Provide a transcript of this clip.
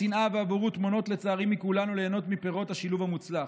השנאה והבורות מונעות לצערי מכולנו ליהנות מפירות השילוב המוצלח.